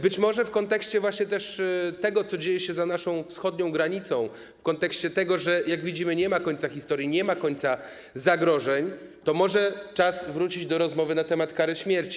Być może właśnie w kontekście tego, co dzieje się za naszą wschodnią granicą, w kontekście tego, że jak widzimy, nie ma końca historii, nie ma końca zagrożeń, może czas wrócić do rozmowy na temat kary śmierci?